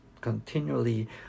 continually